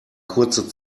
kurze